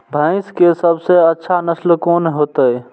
भैंस के सबसे अच्छा नस्ल कोन होते?